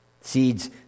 Seeds